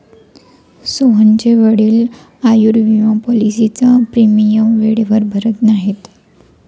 सोहनचे वडील आयुर्विमा पॉलिसीचा प्रीमियम वेळेवर भरत नाहीत